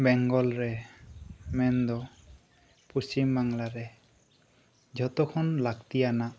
ᱵᱮᱝᱜᱚᱞ ᱨᱮ ᱢᱮᱱᱫᱚ ᱯᱚᱥᱪᱤᱢ ᱵᱟᱝᱞᱟᱨᱮ ᱡᱚᱛᱚᱠᱷᱚᱱ ᱞᱟᱹᱠᱛᱤᱭᱟᱱᱟᱜ